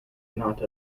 not